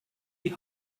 die